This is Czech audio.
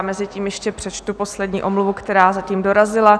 Mezitím ještě přečtu poslední omluvu, která zatím dorazila.